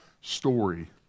story